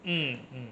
mm mm